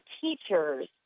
teachers